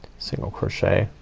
single crochet